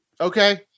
Okay